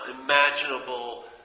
imaginable